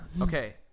Okay